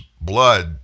blood